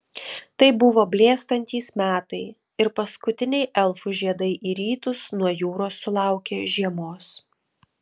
tai buvo blėstantys metai ir paskutiniai elfų žiedai į rytus nuo jūros sulaukė žiemos